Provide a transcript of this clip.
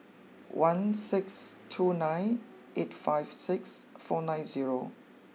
one six two nine eight five six four nine zero